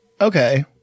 Okay